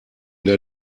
der